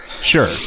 Sure